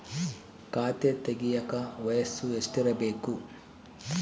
ಖಾತೆ ತೆಗೆಯಕ ವಯಸ್ಸು ಎಷ್ಟಿರಬೇಕು?